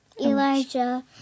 Elijah